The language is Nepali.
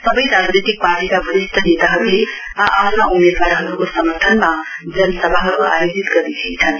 सबै राजनैतिक पार्टीका वरिष्ट नेताहरूले आ आफ्ना उम्मेदवारहरूको समर्थनमा जनसभाहरू आयोजित गरिरहेछन्